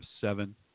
seven